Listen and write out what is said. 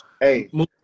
hey